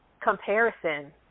comparison